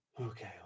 Okay